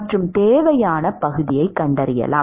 மற்றும் தேவையான பகுதியைக் கண்டறியலாம்